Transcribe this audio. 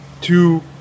two